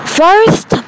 first